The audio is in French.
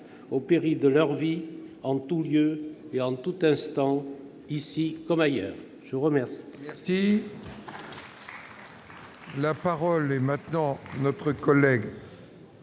au péril de leur vie, en tous lieux et à tout instant, ici comme ailleurs. La parole